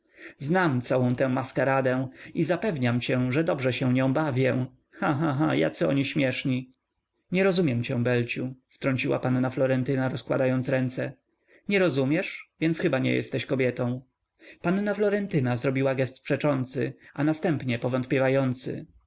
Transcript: znam całą tę maskaradę i zapewniam cię że dobrze się nią bawię cha cha cha jacy oni śmieszni nie rozumiem cię belciu wtrąciła panna florentyna rozkładając ręce nie rozumiesz więc chyba nie jesteś kobietą panna florentyna zrobiła giest przeczący a następnie powątpiewający